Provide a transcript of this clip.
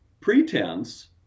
pretense